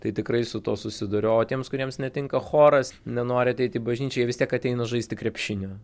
tai tikrai su tuo susiduriu o tiems kuriems netinka choras nenori ateit į bažnyčią jie vis tiek ateina žaisti krepšinio